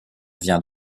vient